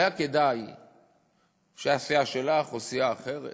היה כדאי שהסיעה שלך או סיעה אחרת